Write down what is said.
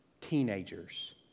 Teenagers